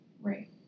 right